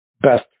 best